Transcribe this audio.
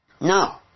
No